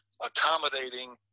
accommodating